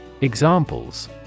Examples